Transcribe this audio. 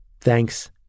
thanks